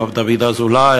הרב דוד אזולאי,